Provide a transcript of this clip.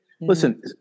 listen